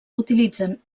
utilitzen